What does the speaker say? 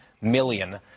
Million